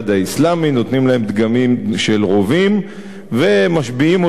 נותנים להם דגמים של רובים ומשביעים אותם שכשהם יהיו